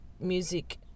Music